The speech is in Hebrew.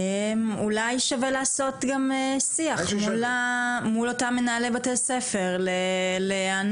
אולי שווה לעשות גם שיח מול אותם מנהלי בתי ספר להיענות,